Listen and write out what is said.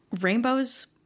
rainbows